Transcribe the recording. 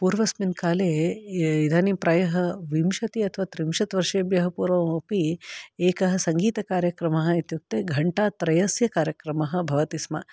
पूर्वस्मिन् काले इदानीं प्रायः विंशति अथवा त्रिंशत् वर्षेभ्यः पूर्वमपि एकः सङ्गीतकार्यक्रमः इत्युक्ते घण्टात्रयस्य कार्यक्रमः भवति स्म